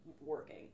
Working